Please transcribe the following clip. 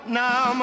now